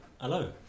Hello